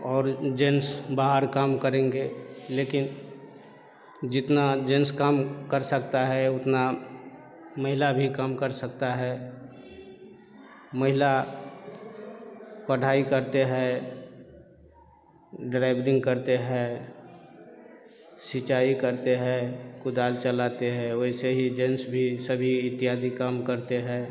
और जेन्ट्स बाहर काम करेंगे लेकिन जितना जेन्स काम कर सकते हैं उतना महिला भी काम कर सकती है महिला पढ़ाई करती है ड्राइवरिंग करती है सिंचाई करती है कुदाल चलाती है और वैसे ही जेन्स भी सभी इत्यादि काम करते है